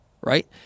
right